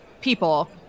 people